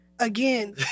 Again